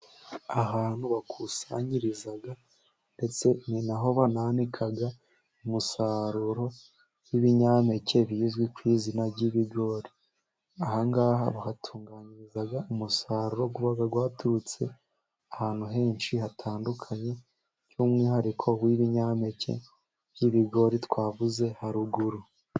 Ahantu bakusanyiriza ndetse ni naho ho banananika umusaruro w'ibinyampeke bizwi ku izina ry'ibigori. Aha ngaha bahatunganyiriza umusaruro uba waturutse ahantu henshi hatandukanye, by'umwihariko w'ibinyampeke by'ibigori twavuze haruguru.